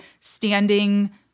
standing